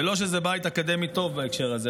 ולא שזה בית אקדמי טוב בהקשר הזה,